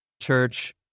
church